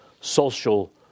Social